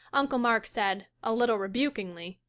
uncle mark said, a little rebukingly,